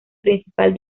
principal